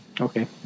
Okay